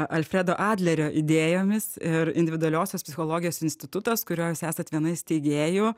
alfredo adlerio idėjomis ir individualiosios psichologijos institutas kurio jūs esat viena iš steigėjų